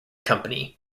company